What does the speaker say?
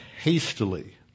hastily